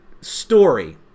story